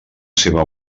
seva